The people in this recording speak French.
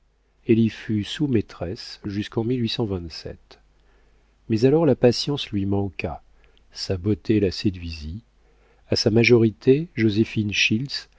elle y fut sous maîtresse jusqu'en mais alors la patience lui manqua sa beauté la séduisit a sa majorité joséphine